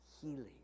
healing